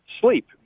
sleep